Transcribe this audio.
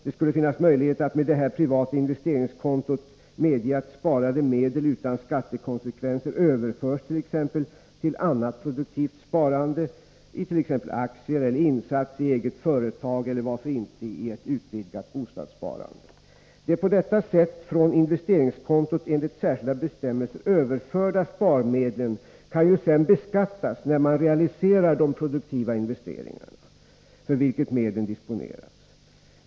Det skulle finnas möjligheter att med detta privata investeringskonto medge att sparade medel utan skattekonsekvenser överfördes t.ex. till annat produktivt sparande, t.ex. aktier eller insats i eget företag eller varför inte i ett utvidgat bostadssparande. De på detta sätt från investeringskontot enligt särskilda bestämmelser överförda sparmedlen kan ju sedan beskattas när man realiserar de produktiva investeringar för vilka medlen disponerats.